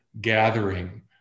gathering